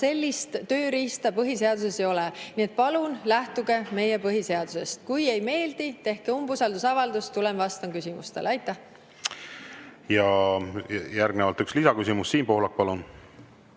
kedagi tagasi astuma, põhiseaduses ei ole. Nii et palun lähtuge meie põhiseadusest. Kui ei meeldi, tehke umbusaldusavaldus, tulen, vastan küsimustele. Ja järgnevalt üks lisaküsimus. Siim Pohlak, palun!